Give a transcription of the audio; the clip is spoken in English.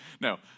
No